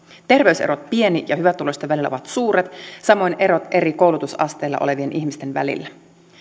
terveyserot pieni ja hyvätuloisten välillä ovat suuret samoin erot eri koulutusasteilla olevien ihmisten välillä